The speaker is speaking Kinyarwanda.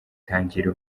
tangira